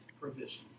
provision